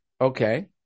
okay